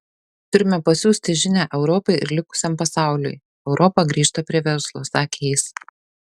turime pasiųsti žinią europai ir likusiam pasauliui europa grįžta prie verslo sakė jis